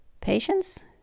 Patience